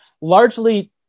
largely